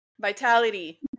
vitality